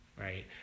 right